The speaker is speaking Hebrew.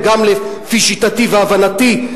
וגם לפי שיטתי והבנתי.